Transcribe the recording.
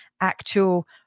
actual